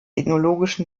ethnologischen